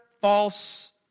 false